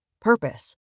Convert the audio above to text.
purpose